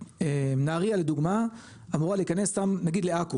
נהריה לדוגמה אמורה להיכנס סתם נגיד לעכו